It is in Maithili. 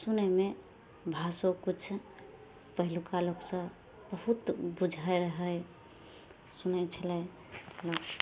सुनयमे भाषो किछु पहिलुका लोक सऽ बहुत बुझै रहै सुनै छलै लोक